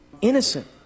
innocent